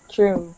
True